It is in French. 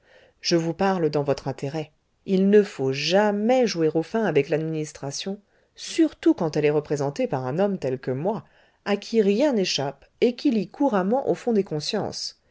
je vous parle dans votre intérêt il ne faut jamais jouer au fin avec l'administration surtout quand elle est représentée par un homme tel que moi à qui rien n'échappe et qui lit couramment au fond des consciences